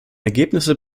ergebnisse